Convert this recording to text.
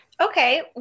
Okay